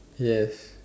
yes